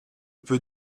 peux